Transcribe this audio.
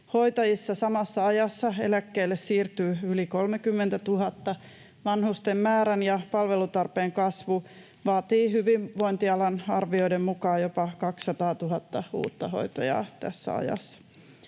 Hoitajista samassa ajassa eläkkeelle siirtyy yli 30 000. Vanhusten määrän ja palvelutarpeen kasvu vaatii hyvinvointialan arvioiden mukaan jopa 200 000 uutta hoitajaa tässä ajassa.